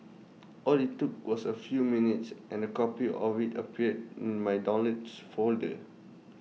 all IT took was A few minutes and A copy of IT appeared in my downloads folder